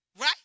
Right